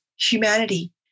humanity